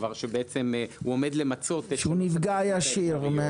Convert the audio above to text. כבר שבעצם הוא עומד למצות --- שהוא נפגע ישיר.